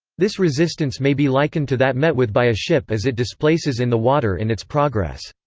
this resistance may be likened to that met with by a ship as it displaces in the water in its progress.